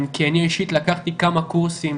כי אני אישית לקחתי כמה קורסים